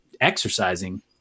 exercising